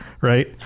right